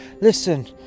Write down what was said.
listen